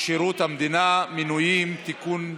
שירות המדינה (מינויים) (תיקון,